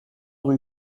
rue